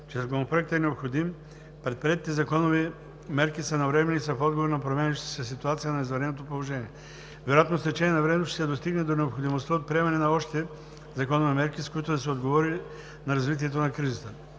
че Законопроектът е необходим, предприетите законови мерки са навременни и са в отговор на променящата се ситуация на извънредното положение. Вероятно с течение на времето ще се достигне до необходимостта от приемане на още законови мерки, с които да се отговори на развитието на кризата.